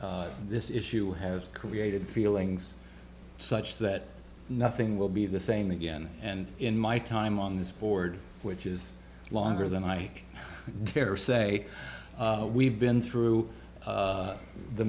this issue has created feelings such that nothing will be the same again and in my time on this board which is longer than i care say we've been through